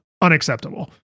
unacceptable